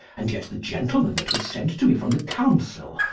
and yet the gentleman that was sent to me from the councell,